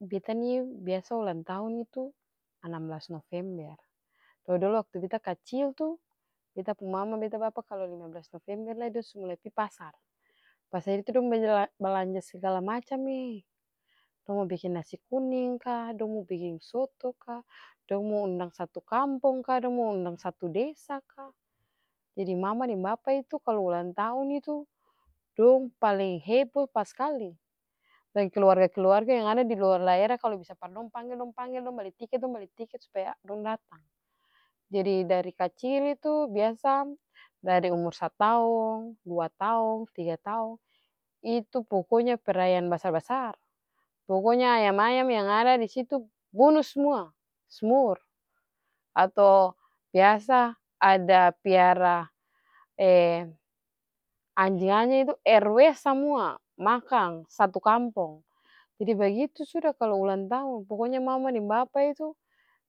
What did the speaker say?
Beta nih biasa ulang tahun itu anam blas november, dolo-dolo waktu beta kacil itu, beta pung mama beta bapa kalo lima blas november lai dong sumulae pi pasar, pasar itu dong balanja sagala macam. e dong mo biking nasi kuning ka, dong mo biking soto ka, dong mo undang satu kampong ka, dong mo undang satu desa ka, jadi mama deng bapa itu kalu ulang tahun itu dong paleng hebo paskali keluarga-keluarga yang ada diluar daerah dong panggel dong panggel dong bali tiket dong bali tiket supaya dong datang. Jadi dari kacil itu biasa dari umur sataong, dua taong, tiga taong, itu pokonya perayaan basar-basar, pokonya ayam-ayam yang ada disitu bunu smua, smur atau biasa ada piar anjing anjing itu rw samua makang satu kampong jadi bagitu suda kalu ulang tahun, pokonya mama deng bapa itu